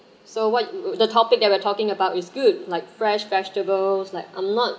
so what you the topic that we're talking about is good like fresh vegetables like I'm not